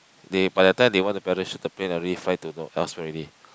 they by the time they want to parachute the plane already fly to elsewhere already